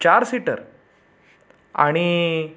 चार सीटर आणि